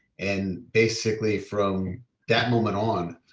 and basically from that moment on,